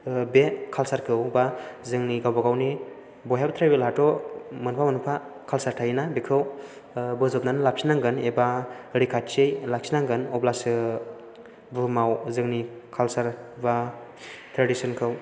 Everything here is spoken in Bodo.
बे कालसारखौ बा जोंनि गावबा गावनि बयहाबो ट्राइबेलहाथ' मोनफा मोनफा कालसार थायोना बेखौ बजबनानै लाफिननांगोन एबा रैखाथि लाखिनांगोन अब्लासो बुहुमाव जोंनि कालसार बा ट्रेडिसनखौ